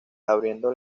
abriendo